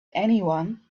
anyone